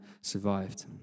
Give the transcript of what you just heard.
survived